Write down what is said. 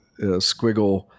squiggle